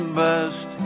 best